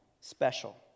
special